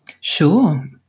Sure